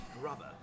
rubber